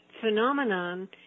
phenomenon